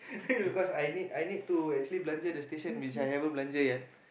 because I need I need to actually belanja the station which I haven't belanja yet